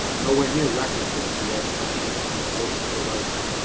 ah nowhere near record for the u s. by any means. u s. is below record.